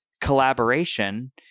collaboration